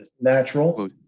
natural